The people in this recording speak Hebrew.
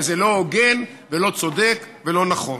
זה לא הוגן ולא צודק ולא נכון.